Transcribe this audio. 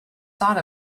thought